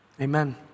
Amen